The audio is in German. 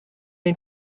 den